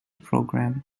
program